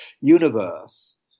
universe